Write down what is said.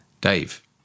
Dave